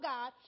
God